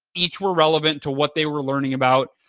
each were relevant to what they were learning about.